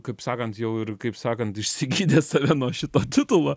kaip sakant jau ir kaip sakant išsigydęs save nuo šito titulo